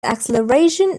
acceleration